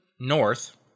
North